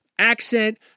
Accent